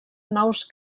nous